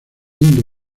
indo